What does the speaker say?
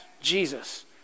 Jesus